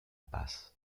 paz